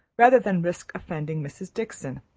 rather than risk offending mrs. dickson,